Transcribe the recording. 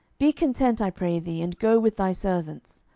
be content, i pray thee, and go with thy servants.